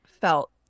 felt